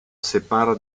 separa